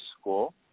school